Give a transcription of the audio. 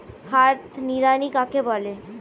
হাত নিড়ানি কাকে বলে?